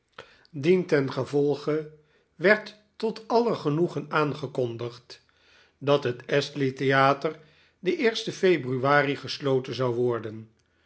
dientengevolge werd tot aller genoegen aangekondigd dat het astley theater den lsten februari gesloten zou worden